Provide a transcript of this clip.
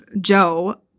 Joe